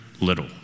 little